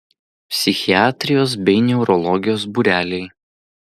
psichiatrijos bei neurologijos būreliai